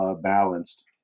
balanced